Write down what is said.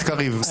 קריב, אתה